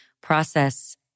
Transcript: process